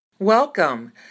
Welcome